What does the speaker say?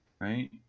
Right